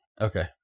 Okay